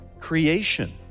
creation